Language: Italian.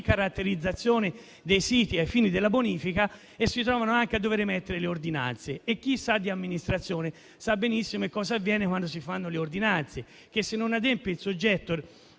caratterizzazione dei siti ai fini della bonifica e anche a dover emettere le ordinanze. E chi sa di amministrazione sa benissimo che cosa avviene quando si fanno le ordinanze: se il soggetto